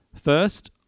First